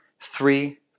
three